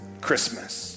Christmas